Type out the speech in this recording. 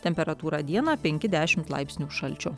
temperatūra dieną penki dešimt laipsnių šalčio